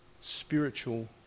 spiritual